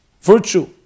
virtue